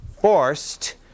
forced